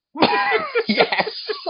Yes